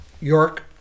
York